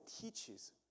teaches